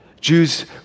Jews